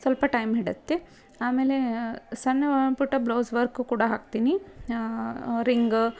ಸ್ವಲ್ಪ ಟೈಮ್ ಹಿಡ್ಯತ್ತೆ ಆಮೇಲೆ ಸಣ್ಣ ಪುಟ್ಟ ಬ್ಲೌಸ್ ವರ್ಕು ಕೂಡ ಹಾಕ್ತೀನಿ ರಿಂಗು